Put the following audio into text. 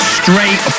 straight